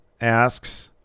asks